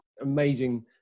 amazing